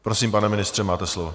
Prosím, pane ministře, máte slovo.